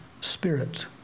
Spirit